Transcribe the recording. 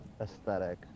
aesthetic